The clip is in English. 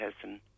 person